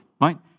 right